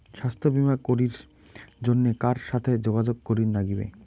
স্বাস্থ্য বিমা করির জন্যে কার সাথে যোগাযোগ করির নাগিবে?